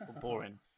boring